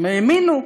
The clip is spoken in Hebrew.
הם האמינו,